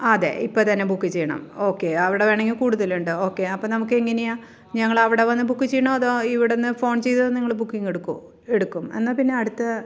അതെ ഇപ്പോൾത്തന്നെ ബുക്ക് ചെയ്യണം ഓക്കെ അവിടെ വേണമെങ്കിൽ കൂടുതലുണ്ടോ ഓക്കെ അപ്പോൾ നമുക്കെങ്ങനെയാണ് ഞങ്ങളവിടെ വന്നു ബുക്ക് ചെയ്യണോ അതോ ഇവിടെ നിന്ന് ഫോൺ ചെയ്താൽ നിങ്ങൾ ബുക്കിങ് എടുക്കുമോ എടുക്കും എന്നാൽ പിന്നെ അടുത്ത